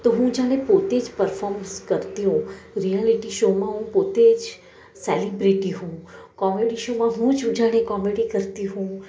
તો હું જાણે પોતે જ પર્ફોમ્સ કરતી હોઉં રિયાલિટી શોમાં હું પોતે જ સેલીબ્રેટી હોઉં કોમેડી શોમાં હું જ હું જાણે કોમેડી કરતી હોઉં